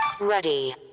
Ready